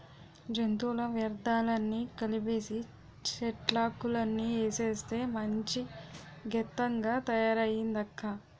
జంతువుల వ్యర్థాలన్నీ కలిపీసీ, చెట్లాకులన్నీ ఏసేస్తే మంచి గెత్తంగా తయారయిందక్కా